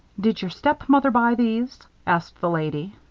did your stepmother buy these! asked the lady.